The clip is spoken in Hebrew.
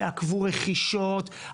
תעכבו רכישות,